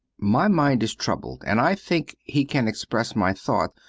my mind is troubled and i think he can express my thought,